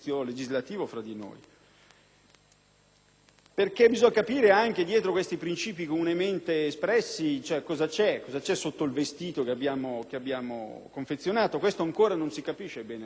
perché bisogna capire anche cosa c'è dietro questi princìpi comunemente espressi, cosa c'è sotto il vestito che abbiamo confezionato. Questo ancora non si capisce bene, il Governo non è riuscito a spiegarcelo,